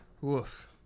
Woof